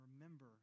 remember